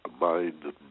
mind